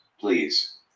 please